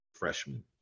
freshman